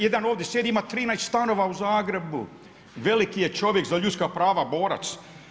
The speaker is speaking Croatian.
Jedan ovdje sjedi ima 13 stanova u Zagrebu, veliki je čovjek za ljudska prava, borac.